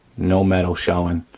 no metal showing,